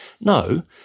No